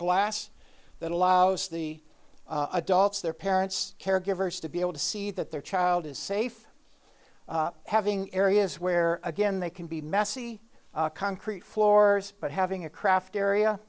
glass that allows the adults their parents caregivers to be able to see that their child is safe having areas where again they can be messy concrete floors but having a craft